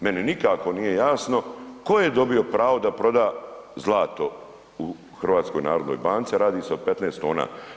Meni nikako nije jasno, tko je dobio pravo da proda zlato u HNB a radi se od 15 tona.